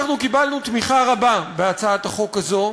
אנחנו קיבלנו תמיכה רבה בהצעת החוק הזו.